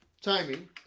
timing